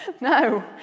no